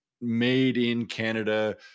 made-in-Canada